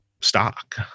stock